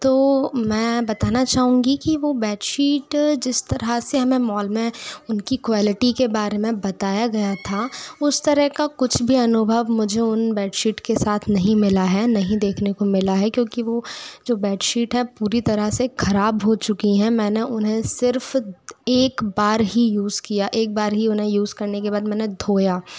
तो मैं बताना चाहूँगी कि वह बेडशीट जिस तरह से हमें मॉल में उनकी क्वेलिटी के बारे में बताया गया था उस तरह का कुछ भी अनुभव मुझे उन बेडशीट के साथ नहीं मिला है नहीं देखने को मिला है क्योंकि वह जो बेडशीट है पूरी तरह से ख़राब हो चुकी है मैंने उन्हें सिर्फ एक बार ही यूज़ किया एक बार ही उन्हें यूज़ करने के बाद मैंने धोया